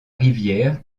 rivière